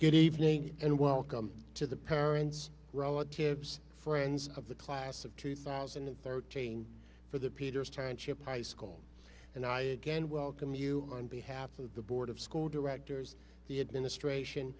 good evening and welcome to the parents relatives friends of the class of two thousand and thirteen for the peters turned ship high school and i again welcome you on behalf of the board of school directors the administration